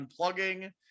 unplugging